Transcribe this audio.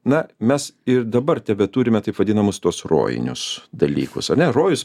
na mes ir dabar tebeturime taip vadinamus tuos rojinius dalykus a ne rojus